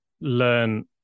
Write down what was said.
learn